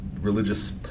religious